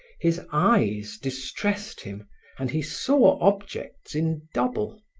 his eyes distressed him and he saw objects in double.